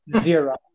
Zero